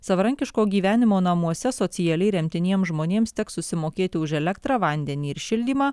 savarankiško gyvenimo namuose socialiai remtiniems žmonėms teks susimokėti už elektrą vandenį ir šildymą